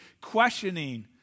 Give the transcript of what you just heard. questioning